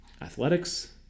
athletics